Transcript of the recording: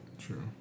True